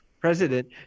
President